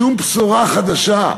שום בשורה חדשה,